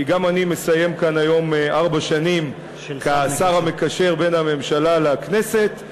כי גם אני מסיים כאן היום ארבע שנים כשר המקשר בין הממשלה לכנסת,